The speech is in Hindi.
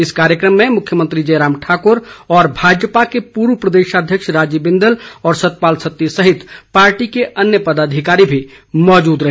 इस कार्यक्रम में मुख्यमंत्री जयराम ठाकुर भाजपा के पूर्व प्रदेशाध्यक्ष राजीव बिंदल और सतपाल सत्ती सहित पार्टी के अन्य पदाधिकारी भी मौजूद रहे